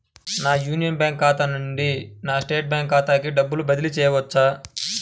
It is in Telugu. నా యూనియన్ బ్యాంక్ ఖాతా నుండి నా స్టేట్ బ్యాంకు ఖాతాకి డబ్బు బదిలి చేయవచ్చా?